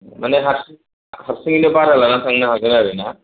माने हारसिं हारसिङैनो भारा लानानै थांनो हागोन आरोना